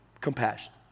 Compassion